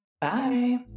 Bye